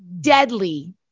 deadly